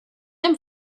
him